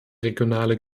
regionale